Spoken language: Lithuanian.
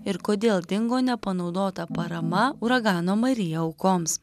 ir kodėl dingo nepanaudota parama uragano marija aukoms